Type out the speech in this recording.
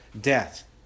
death